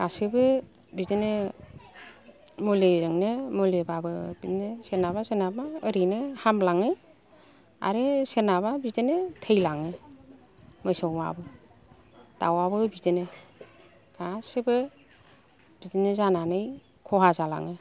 गासिबो बिदिनो मुलिजोंनो मुलिबाबो बिदिनो सोरनाबा सोरनाबा ओरैनो हामलाङो आरो सोरनाबा बिदिनो थैलाङो मोसौआबो दावआबो बिदिनो गासिबो बिदिनो जानानै खहा जालाङो